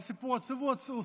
גם סיפור עצוב הוא סיפור.